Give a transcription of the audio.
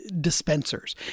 dispensers